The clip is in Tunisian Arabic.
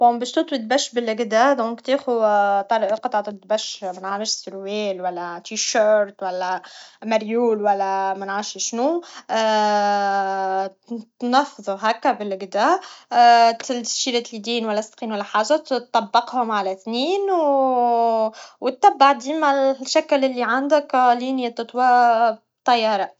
بون باش تطوي الدبش بلجدا دونك تأخذ قطعة الدبش منعرفش سروال ولا تيشيرت و لا مريول ولا منعرفش شنو تنفضو هك بالجدا تجي لليدين ولا الساقين و لا حاجة تطبقهم على ثنين و تبع ديماالشكل لي عندك لين يتطوا طياره